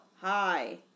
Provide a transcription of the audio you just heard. Hi